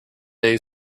day